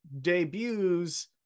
debuts